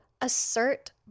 assert